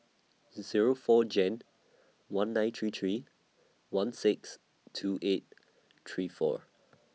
Zero four Jan one nine three three one six two eight three four